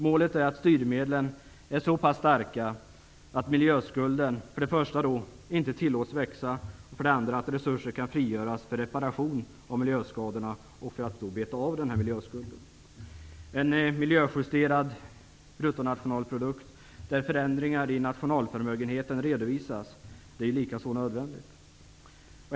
Målet är att styrmedlen är så pass starka att miljöskulden för det första inte tillåts växa och för det andra att resurser kan frigöras för reparation av miljöskadorna och för att beta av miljöskulden. Det är likaså nödvändigt med en miljöjusterad bruttonationalprodukt, där förändringar i nationalförmögenheten redovisas.